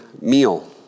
meal